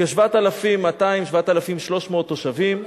7,200 7,300 תושבים.